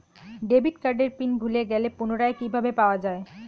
Debit কার্ডের PIN ভুলে গেলে পুনরায় কিভাবে পাওয়া য়ায়?